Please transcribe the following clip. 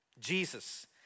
Jesus